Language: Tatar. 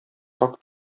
пакь